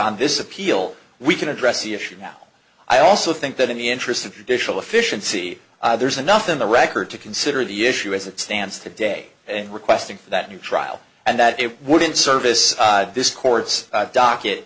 on this appeal we can address the issue now i also think that in the interests of judicial efficiency there's enough in the record to consider the issue as it stands today and requesting that new trial and that it would in service this court's docket